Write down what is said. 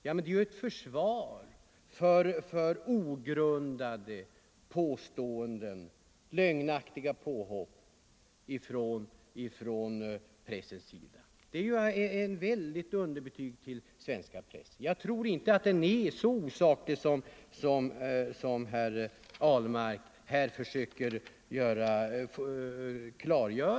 Men detta är ju ett försvar för att pressen gör sig skyldig till ogrundade påståenden och lögnaktiga påhopp. Det är ju ett kraftigt underbetyg åt svensk press. Jag tror inte den är så osaklig som herr Ahlmark här försöker göra gällande.